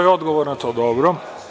To je odgovor na to, dobro.